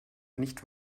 nicht